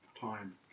time